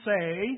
say